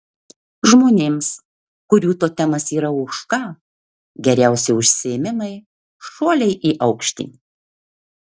žmonėms kurių totemas yra ožka geriausi užsiėmimai šuoliai į aukštį